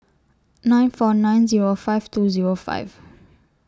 nine four nine Zero five two Zero five